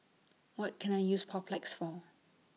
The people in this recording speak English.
What Can I use Papulex For